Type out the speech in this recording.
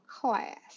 class